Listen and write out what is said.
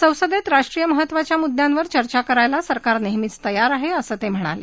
ससंदेत राष्ट्रीय महत्वाच्या मुद्यांवर चर्चा करायला सरकार नेहमीच तयार आहे असं ते म्हणाले